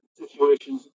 situations